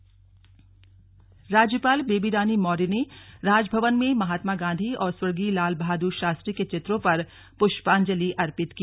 राज्यपाल देहरादून राज्यपाल बेबी रानी मौर्य ने राजभवन में महात्मा गांधी और स्वर्गीय लाल बहादुर शास्त्री के चित्रों पर पुष्पांजलि अर्पित की